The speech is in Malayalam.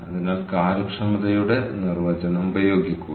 അതിനാൽ കാര്യക്ഷമതയുടെ നിർവചനം ഉപയോഗിക്കുക